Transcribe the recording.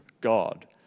God